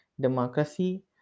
democracy